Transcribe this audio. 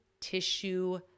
tissue